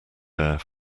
air